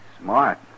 Smart